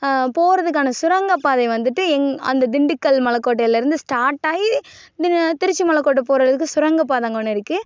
போகிறதுக்கான சுரங்கப் பாதை வந்துட்டு எங் அந்த திண்டுக்கல் மலைக்கோட்டையிலேருந்து ஸ்டார்ட் ஆகி திண் திருச்சி மலைக்கோட்டை போகிறதுக்கு சுரங்கப் பாதை அங்கே ஒன்று இருக்குது